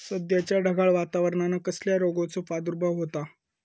सध्याच्या ढगाळ वातावरणान कसल्या रोगाचो प्रादुर्भाव होता?